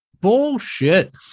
Bullshit